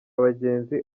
abagenzi